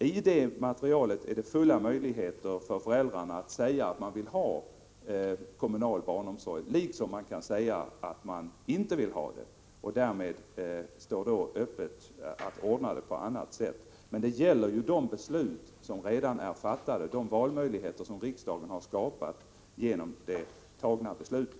I materialet finns det fulla möjligheter för föräldrarna att säga att man vill ha kommunal barnomsorg, liksom att säga att man inte vill ha det — och därmed står det öppet att ordna barnomsorgen på annat sätt. Det gäller alltså det beslut som redan är fattat — de valmöjligheter som riksdagen har skapat genom det tagna beslutet.